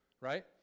right